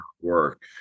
work